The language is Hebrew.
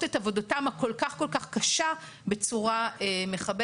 את עבודתם הכול כך כול כך קשה בצורה מכבדת.